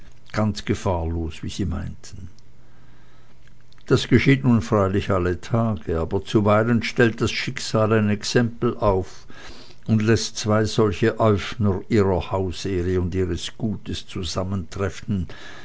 ganz gefahrlos wie sie meinten das geschieht nun freilich alle tage aber zuweilen stellt das schicksal ein exempel auf und läßt zwei solche äufner ihrer hausehre und ihres gutes zusammentreffen